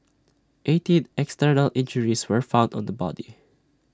eighteen external injuries were found on the body